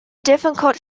difficult